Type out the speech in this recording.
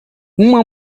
uma